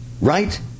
Right